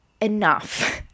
enough